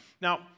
Now